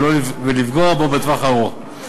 ולפגוע בו בטווח הארוך.